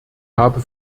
habe